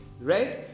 right